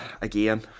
again